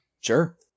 Sure